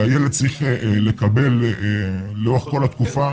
כשהילד צריך לקבל לאורך כל התקופה,